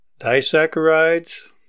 Disaccharides